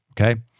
Okay